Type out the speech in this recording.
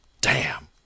Damn